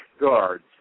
guards